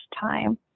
time